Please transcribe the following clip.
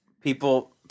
people –